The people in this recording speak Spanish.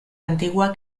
antigua